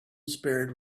spared